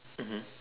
mmhmm